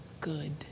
good